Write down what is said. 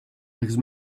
because